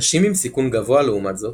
נשים עם סיכון גבוה לעומת זאת,